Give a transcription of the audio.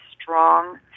strong